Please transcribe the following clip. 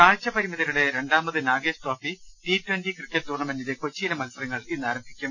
കാഴ്ച പരിമിതരുടെ രണ്ടാമത് Nagesh trophy T twenty cricket ടൂർണ്ണമെന്റിന്റെ കൊച്ചിയിലെ മത്സരങ്ങൾ ഇന്നാരംഭിക്കും